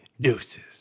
Deuces